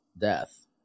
death